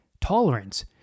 tolerance